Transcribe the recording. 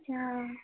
আচ্ছা